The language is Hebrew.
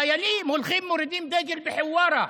חיילים הולכים, מורידים דגל בחווארה.